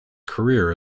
career